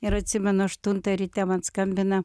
ir atsimenu aštuntą ryte man skambina